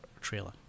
trailer